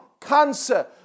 cancer